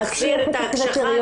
להחזיר את ההקשחה,